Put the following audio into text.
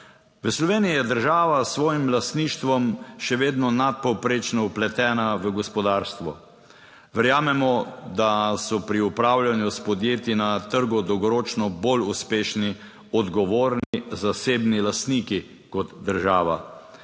V Sloveniji je država s svojim lastništvom še vedno nadpovprečno vpletena v gospodarstvo. Verjamemo, da so pri upravljanju s podjetji na trgu dolgoročno bolj uspešni odgovorni zasebni lastniki kot država.